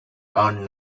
earned